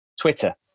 Twitter